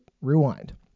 rewind